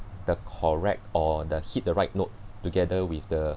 the correct or the hit the right note together with the